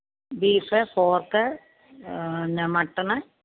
beef pork mutton